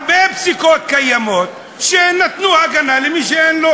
קיימות הרבה פסיקות שנתנו הגנה למי שאין לו